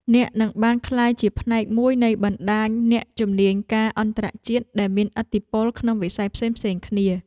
អ្នកនឹងបានក្លាយជាផ្នែកមួយនៃបណ្តាញអ្នកជំនាញការអន្តរជាតិដែលមានឥទ្ធិពលក្នុងវិស័យផ្សេងៗគ្នា។